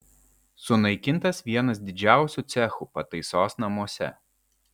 sunaikintas vienas didžiausių cechų pataisos namuose